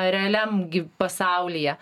realiam gi pasaulyje